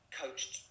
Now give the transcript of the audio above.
coached